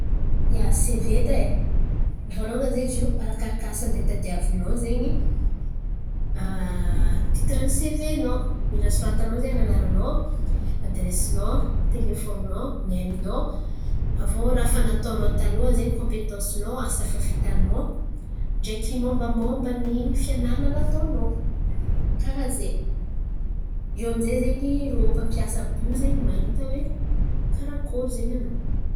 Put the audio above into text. Ia, seve edy e, vôlongany zen̈y izy io arakaraka asa handeha hitadiavinao zen̈y titiran'ny sevenao. Mila soratanao zen̈y anaranao, adiresinao, telefôninao, mailinao. Aviô raha efa nataonao taloha zen̈y kômpetansinao, asa efa vitanao, ndreky mômbamômban'ny fianarana nataonao. Karà zen̈y. Iô amy zay zen̈y irô mpampiasa àby io zen̈y mahita oe karakôry zen̈y anao.